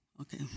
Okay